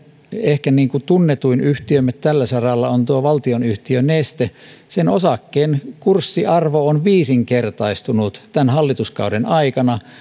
ehkä tunnetuin yhtiömme tällä saralla on tuo valtionyhtiö neste sen osakkeen kurssiarvo on viisinkertaistunut tämän hallituskauden aikana